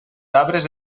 arbres